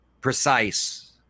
precise